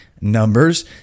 numbers